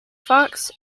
fox